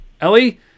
Ellie